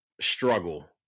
struggle